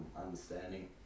understanding